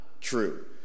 true